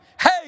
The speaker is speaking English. Hey